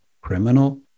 criminal